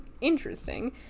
interesting